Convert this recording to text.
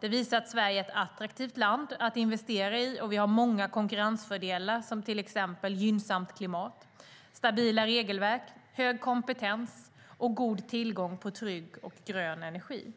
Det visar att Sverige är ett attraktivt land att investera i och att vi har många konkurrensfördelar som till exempel gynnsamt klimat, stabila regelverk, hög kompetens och god tillgång på trygg och grön energi.